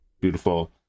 beautiful